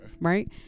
Right